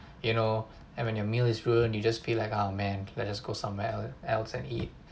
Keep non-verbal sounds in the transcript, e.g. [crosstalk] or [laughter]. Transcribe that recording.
you know and when your meal is ruined you just be like oh man let just go somewhere [noise] else and eat